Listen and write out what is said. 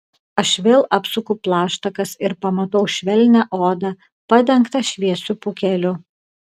aš vėl apsuku plaštakas ir pamatau švelnią odą padengtą šviesiu pūkeliu